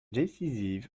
décisive